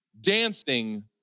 dancing